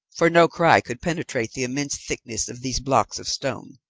for no cry could penetrate the immense thickness of these blocks of stone.